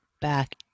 back